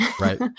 Right